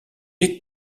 est